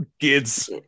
kids